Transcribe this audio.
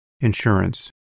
insurance